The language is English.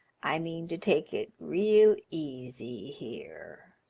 i mean to take it real easy here.